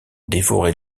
dévorait